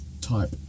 type